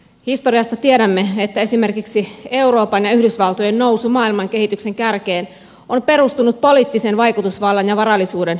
historiasta tiedämme että esimerkiksi euroopan ja yhdysvaltojen nousu maailman kehityksen kärkeen on perustunut poliittisen vaikutusvallan ja varallisuuden jakautumiseen